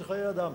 זה חיי אדם.